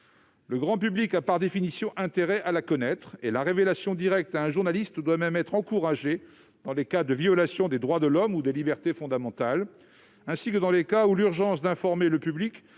le grand public a, par définition, intérêt à la connaître et la révélation directe à un journaliste doit même être encouragée « dans les cas de violations des droits de l'homme ou des libertés fondamentales, ainsi que dans les cas où l'urgence d'informer le public